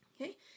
Okay